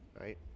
Right